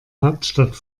hauptstadt